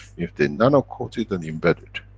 if they nanocoat it and embed it,